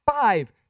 five